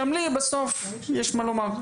גם לי בסוף יש מה לומר.